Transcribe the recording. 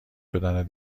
شدن